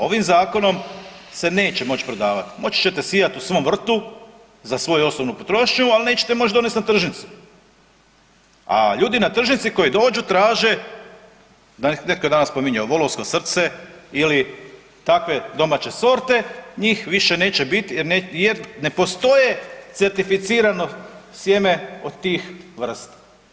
Ovim zakonom se neće moć prodavat, moći ćete sijat u svom vrtu za svoju osobnu potrošnju, al nećete moć donest na tržnicu, a ljudi na tržnicu koji dođu traže, netko je danas spominjao volovsko srce ili takve domaće sorte, njih više neće bit jer ne postoje certificirano sjeme od tih vrsta.